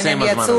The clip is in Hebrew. הנה, הם יצאו.